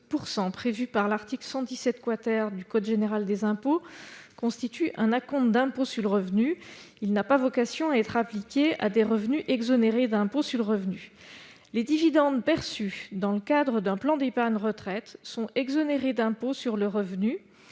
prévu par l'article 117 du code général des impôts constitue un acompte d'impôt sur le revenu : il n'a pas vocation à être appliqué à des revenus exonérés d'impôt sur le revenu. Les dividendes perçus dans le cadre d'un plan d'épargne retraite (PER) sont exonérés d'impôt sur le revenu,